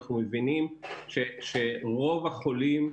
אנחנו מבינים שרוב החולים,